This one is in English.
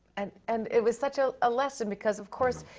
and, and it was such a, a lesson because, of course,